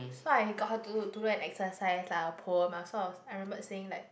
so I got her to to do an exercise lah a poem ah so I was I remembered saying like